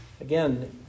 again